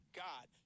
god